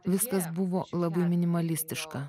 viskas buvo labiau minimalistiška